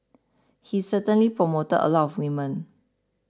he certainly promoted a lot of women